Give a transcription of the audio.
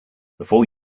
before